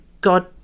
god